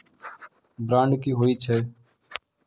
Bond की होई छै?